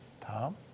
Tom